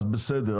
אז בסדר,